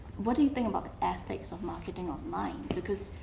what do you think about the ethics of marketing online, because